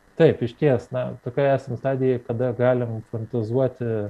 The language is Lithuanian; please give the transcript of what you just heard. taip išties na tokioj esam stadijoj kada galim fantazuoti